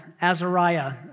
Azariah